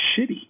shitty